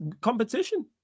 competition